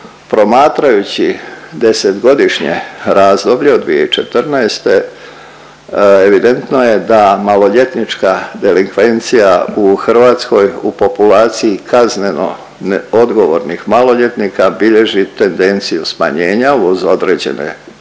Promatrajući 10-godišnje razdoblje od 2014. evidentno je da maloljetnička delikvencija u Hrvatskoj u populaciji kazneno neodgovornih maloljetnika bilježi tendenciju smanjenja uz određene